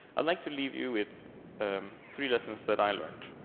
i'd like to leave you with three lessons that i learned.